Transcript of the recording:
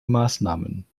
maßnahmen